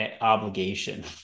obligation